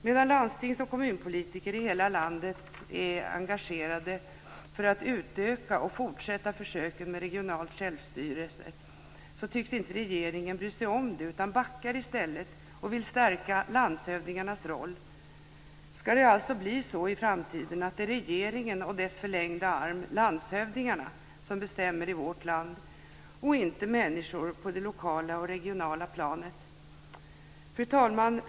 Medan landstings och kommunpolitiker i hela landet är engagerade för att utöka och fortsätta försöken med regional självstyrelse tycks inte regeringen bry sig om det. I stället backar man och vill stärka landshövdingarnas roll. Det ska alltså bli så i framtiden att det är regeringen och dess förlängda arm landshövdingarna som bestämmer i vårt land och inte människor på det lokala och regionala planet. Fru talman!